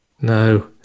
No